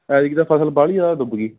ਐਤਕੀ ਤਾਂ ਫਸਲ ਵਾਹਲੀ ਜ਼ਿਆਦਾ ਡੁੱਬ ਗਈ